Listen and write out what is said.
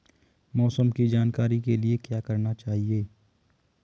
मौसम की जानकारी के लिए क्या करना चाहिए?